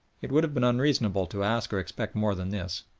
it would have been unreasonable to ask or expect more than this.